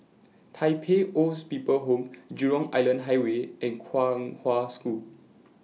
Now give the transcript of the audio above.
Tai Pei Old's People's Home Jurong Island Highway and Kong Hwa School